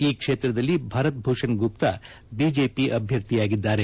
ಈ ಕ್ಷೇತ್ರದಲ್ಲಿ ಭರತ್ ಭೂಷಣ್ ಗುಪ್ತಾ ಬಿಜೆಪಿ ಅಭ್ಯರ್ಥಿಯಾಗಿದ್ದಾರೆ